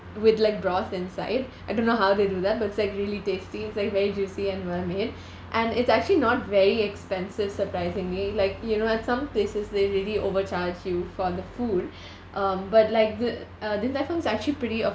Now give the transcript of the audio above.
with like broth inside I don't know how they do that but it's like really tasty it's like very juicy and well made and it's actually not very expensive surprisingly like you know at some places they really overcharge you for the food um but like the uh din tai fung is actually pretty